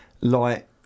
light